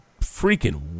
freaking